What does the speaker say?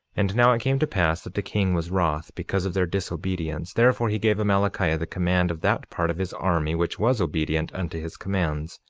and now it came to pass that the king was wroth because of their disobedience therefore he gave amalickiah the command of that part of his army which was obedient unto his commands,